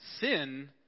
sin